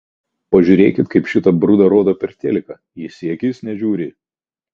pažiūrėkit kaip šitą brudą rodo per teliką jis į akis nežiūri